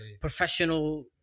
professional